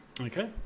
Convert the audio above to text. Okay